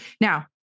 Now